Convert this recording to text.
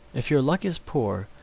if your luck is poor,